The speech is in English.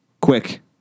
quick